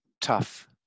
tough